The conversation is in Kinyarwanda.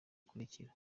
bikurikira